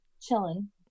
Chilling